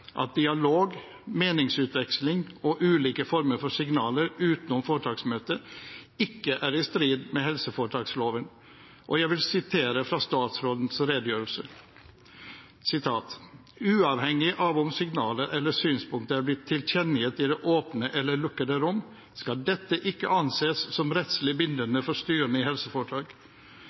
at dialog, meningsutveksling og ulike former for signaler utenom foretaksmøtet ikke er i strid med helseforetaksloven. Jeg vil sitere fra statsrådens redegjørelse. «Uavhengig av om signaler eller synspunkter er blitt tilkjennegitt i det åpne eller lukkede rom, skal dette ikke anses som rettslig